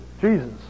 Jesus